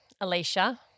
Alicia